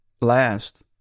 last